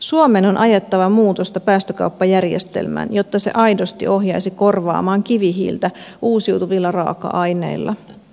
suomen on ajettava muutosta päästökauppajärjestelmään jotta se aidosti ohjaisi korvaamaan kivihiiltä uusiutuvilla raaka aineilla